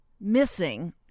missing